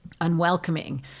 unwelcoming